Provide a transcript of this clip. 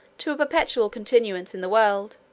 to a perpetual continuance in the world,